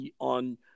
on